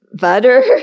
Butter